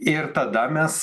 ir tada mes